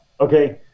okay